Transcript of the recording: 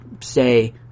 say